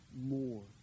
more